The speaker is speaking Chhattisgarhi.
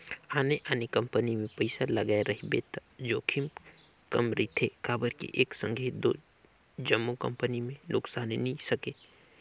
आने आने कंपनी मे पइसा लगाए रहिबे त जोखिम कम रिथे काबर कि एक संघे दो जम्मो कंपनी में नुकसानी नी सके